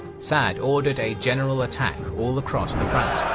sa'd ordered a general attack all across the front.